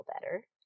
better